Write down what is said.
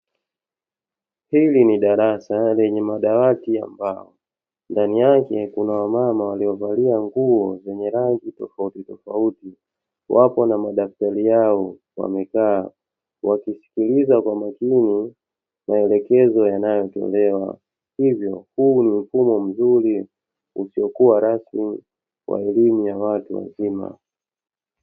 Hili ni darasa lenye madawati ya mbao, ndani yake kuna wamama waliovalia nguo zenye rangi tofautitofauti, wapo na madaftari yao wamekaa wakisikiliza kwa makini maelekezo yanayotolewa; hivyo huu ni mfumo mzuri usiokuwa rasmi wa elimu ya watu wazima.